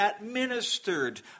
administered